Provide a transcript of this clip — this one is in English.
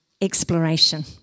exploration